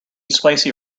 spicy